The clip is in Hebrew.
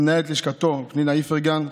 למנהלת לשכתו פנינה איפרגן,